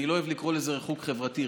אני לא אוהב לקרוא לזה ריחוק חברתי,